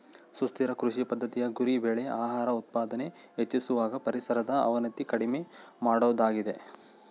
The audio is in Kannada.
ಸುಸ್ಥಿರ ಕೃಷಿ ಪದ್ದತಿಯ ಗುರಿ ಬೆಳೆ ಆಹಾರದ ಉತ್ಪಾದನೆ ಹೆಚ್ಚಿಸುವಾಗ ಪರಿಸರದ ಅವನತಿ ಕಡಿಮೆ ಮಾಡೋದಾಗಿದೆ